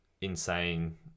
insane